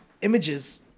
images